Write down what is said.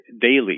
daily